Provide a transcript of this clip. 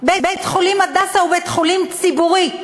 בית-חולים "הדסה" הוא בית-חולים ציבורי,